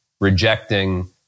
rejecting